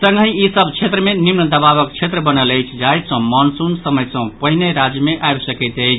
संगहि ई सभ क्षेत्र मे निम्न दबावक क्षेत्र बनल अछि जाहि सँ मॉनसून समय सँ पहिने राज्य मे आबि सकैत अछि